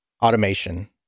automation